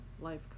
life